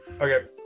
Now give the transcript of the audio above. Okay